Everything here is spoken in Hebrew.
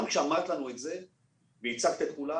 גם כשאמרת לנו את זה וייצגת את כולם